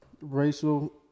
Racial